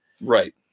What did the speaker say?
Right